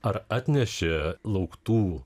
ar atnešė lauktų